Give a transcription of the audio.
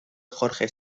jorge